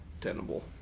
tenable